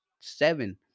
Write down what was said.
seven